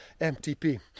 MTP